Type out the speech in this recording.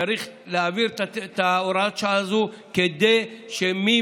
צריך להעביר את הוראת השעה הזאת כדי שממחר,